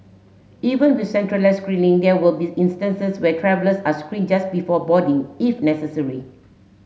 even with centralised screening there will be instances where travellers are screened just before boarding if necessary